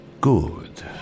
Good